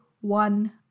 one